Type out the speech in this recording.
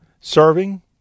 serving